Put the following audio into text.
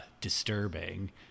disturbing